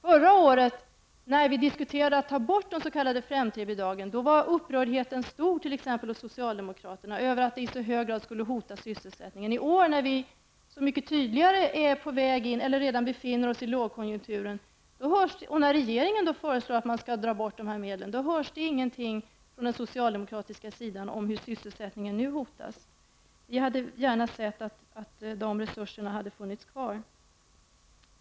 När vi förra året diskuterade att ta bort de s.k. 5:3-bidragen var upprördheten stor hos t.ex. socialdemokraterna över att detta i så hög grad skulle hota sysselsättningen. När vi i år så mycket tydligare är på väg in i eller redan befinner oss i lågkonjunkturen och när regeringen föreslår att man skall dra bort dessa medel, hörs det ingenting från socialdemokraterna om hur sysselsättningen nu hotas. Vi hade gärna sett att de resurserna hade funnits kvar.